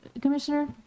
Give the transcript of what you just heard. Commissioner